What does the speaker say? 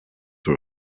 were